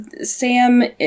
Sam